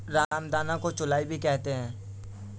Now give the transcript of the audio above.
रामदाना को चौलाई भी कहते हैं